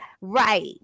right